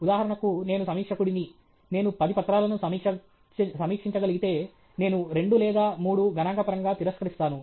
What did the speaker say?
ఉదాహరణకు నేను సమీక్షకుడిని నేను పది పత్రాలను సమీక్షించగలిగితే నేను 2 లేదా 3 గణాంకపరంగా తిరస్కరిస్తాను